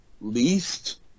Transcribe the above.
least